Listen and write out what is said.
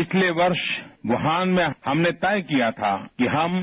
पिछले वर्ष व्रहान में हमने तय किया था कि हम